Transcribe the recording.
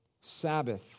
Sabbath